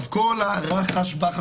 כל הרחש בחש,